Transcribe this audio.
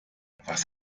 was